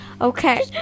Okay